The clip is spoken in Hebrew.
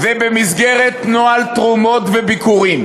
במסגרת נוהל תרומות וביקורים,